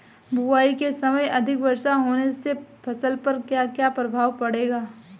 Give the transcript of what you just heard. बुआई के समय अधिक वर्षा होने से फसल पर क्या क्या प्रभाव पड़ेगा?